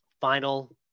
Final